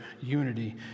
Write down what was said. unity